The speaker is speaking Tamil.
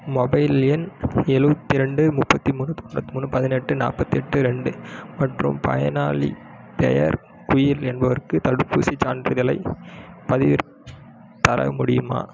மொபைல் எண் எழுவத்தி ரெண்டு முப்பத்து மூணு முப்பத்து மூணு பதினெட்டு நாற்பத்தெட்டு ரெண்டு மற்றும் பயனாளி பெயர் குயில் என்பவருக்கு தடுப்பூசிச் சான்றிதழை பதிவிறக்கி தர முடியுமா